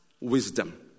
wisdom